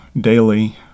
daily